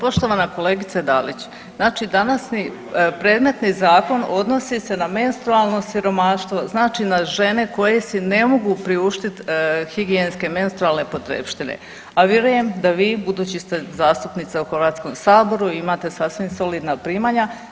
Poštovana kolegice Dalić, znači današnji predmetni zakon odnosi se na menstrualno siromaštvo, znači na žene koje si ne mogu priuštiti higijenske, menstrualne potrepštine a vjerujem da vi budući ste zastupnica u Hrvatskom saboru imate sasvim solidna primanja.